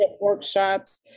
workshops